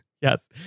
Yes